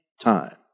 time